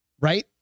right